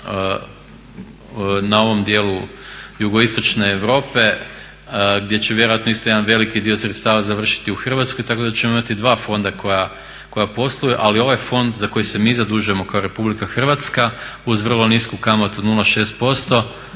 na ovom dijelu jugoistočne Europe gdje će vjerojatno isto jedan veliki dio sredstava završiti u Hrvatskoj tako da ćemo imati dva fonda koja posluju. Ali ovaj fond za koji se mi zadužujemo kao Republika Hrvatska uz vrlo nisku kamatu od 0,6%